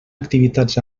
activitats